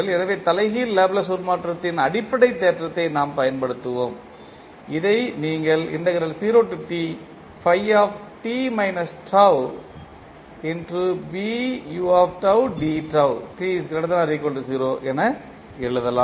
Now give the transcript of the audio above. எனவே தலைகீழ் லாப்லேஸ் உருமாற்றத்தின் அடிப்படை தேற்றத்தை நாம் பயன்படுத்துவோம் இதை நீங்கள் என எழுதலாம்